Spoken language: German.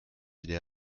wieder